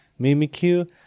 Mimikyu